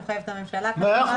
הוא מחייב את הממשלה כמובן,